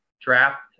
draft